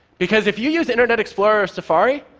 because if you use internet explorer or safari,